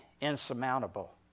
insurmountable